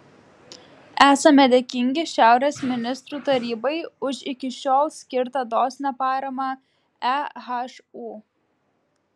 esame dėkingi šiaurės ministrų tarybai už iki šiol skirtą dosnią paramą ehu